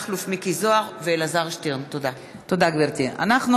מכלוף מיקי זוהר ואלעזר שטרן בנושא: מתן